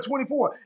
24